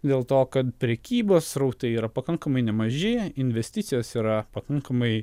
dėl to kad prekybos srautai yra pakankamai nemaži investicijos yra pakankamai